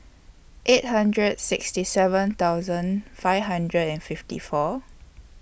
eight hundred sixty seven thousand five hundred and fifty four